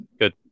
Good